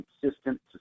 consistent